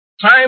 Time